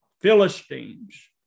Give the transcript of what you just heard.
Philistines